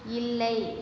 இல்லை